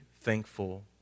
thankful